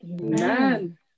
Amen